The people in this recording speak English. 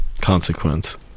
consequence